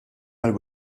għall